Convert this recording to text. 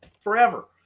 forever